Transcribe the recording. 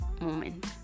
moment